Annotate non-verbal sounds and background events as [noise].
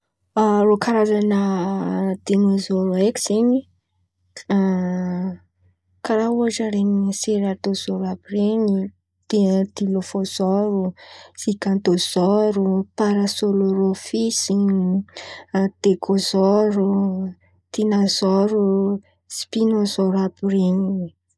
Rô Karazan̈a dinôzôro haiko zen̈y [hesitation] karà ôhatra: ren̈y seradôzoro àby ren̈y, dinôfôzôro, sikantôzôro, parasôlôrôfisy, dekôzôro, tinazôro, spinazôro àby ren̈y.